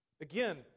Again